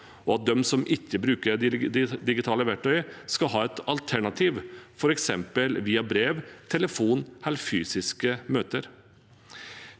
og at de som ikke bruker digitale verktøy, skal ha et alternativ, f.eks. via brev, telefon eller fysiske møter.